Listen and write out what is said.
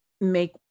make